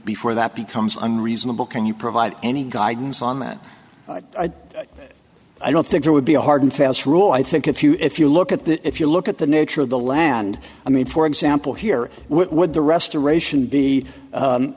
before that becomes unreasonable can you provide any guidance on that i don't think there would be a hard and fast rule i think if you if you look at that if you look at the nature of the land i mean for example here what would the restoration be